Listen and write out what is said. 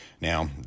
Now